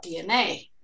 DNA